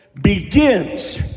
begins